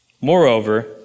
Moreover